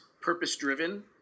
purpose-driven